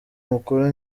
mukuru